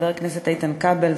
חבר הכנסת איתן כבל,